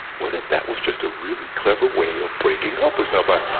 what if that was just a really clever way of breaking up with somebody?